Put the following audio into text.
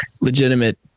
legitimate